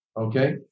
Okay